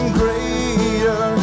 greater